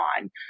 on